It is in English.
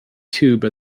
tube